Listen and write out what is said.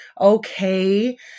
Okay